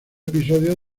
episodios